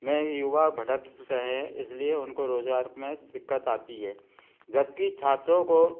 में युवा भटक रहे हैं इसलिए उनको रोजगार में दिक्कत आती है जब कि छात्रों को